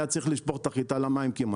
היה צריך לשפוך את החיטה למים כמעט.